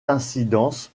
incidence